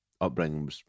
upbringing